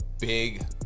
big